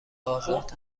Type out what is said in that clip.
آزاد